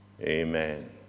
Amen